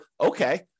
okay